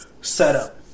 setup